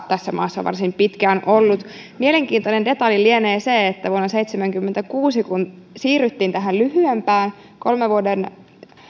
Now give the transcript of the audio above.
tässä maassa on varsin pitkään ollut mielenkiintoinen detalji lienee se että vuonna seitsemänkymmentäkuusi kun siirryttiin tähän lyhyempään kolmen vuoden